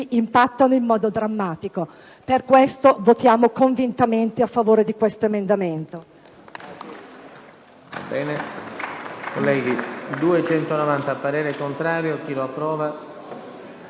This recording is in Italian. impattano in modo drammatico. Per questo votiamo convintamente a favore dell'emendamento